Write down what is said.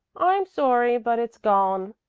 i'm sorry, but it's gone.